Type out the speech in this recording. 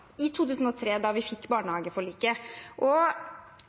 i 2003, da vi fikk barnehageforliket.